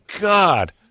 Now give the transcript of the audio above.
god